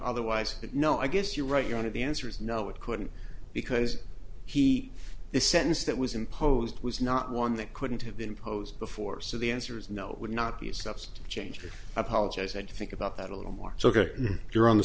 otherwise it no i guess you're right you're on to the answer is no it couldn't because he is sentenced that was imposed was not one that couldn't have been imposed before so the answer is no it would not be a substitute change or apologize and think about that a little more so ok you're on the